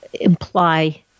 imply